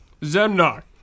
Zemnar